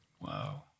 Wow